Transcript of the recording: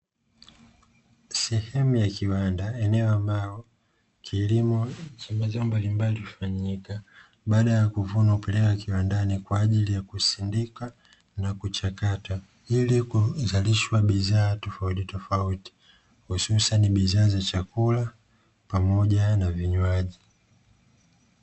Sehemu ya kiwanda eneo ambalo kilimo cha mazao mbalimbali hufanyika, baada ya kuvunwa hupelekwa kiwandani kwa ajili ya kusindika na kuchakata, ili kuzalisha bidhaa tofauti tofauti, hususani bidhaa za chakula pamoja na vinywaji.